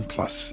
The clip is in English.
Plus